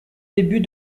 débuts